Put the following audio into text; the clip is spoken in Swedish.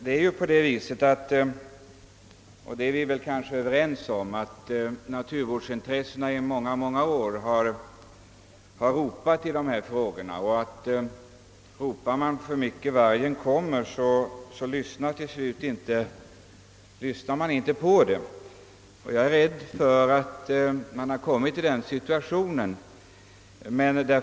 Det är ju på det viset att — det är vi kanske överens om — naturvårdsintressena i många, många år har ropat »vargen kommer» i de här frågorna. Och ropar man för mycket »vargen kommer» så lyssnar folk till slut inte på det. Jag är rädd för att man har kommit till den situationen.